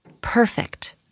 perfect